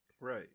right